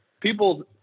people